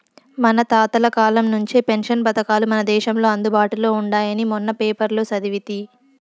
మన తాతల కాలం నుంచే పెన్షన్ పథకాలు మన దేశంలో అందుబాటులో ఉండాయని మొన్న పేపర్లో సదివితి